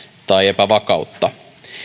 tai epävakautta